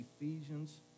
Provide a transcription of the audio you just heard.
Ephesians